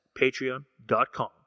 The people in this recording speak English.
patreon.com